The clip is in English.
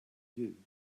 you